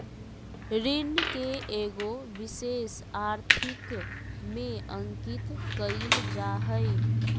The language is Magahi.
ऋण के एगो विशेष आर्थिक में अंकित कइल जा हइ